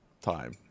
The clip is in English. time